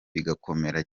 bigakomera